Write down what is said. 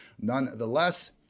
nonetheless